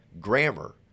grammar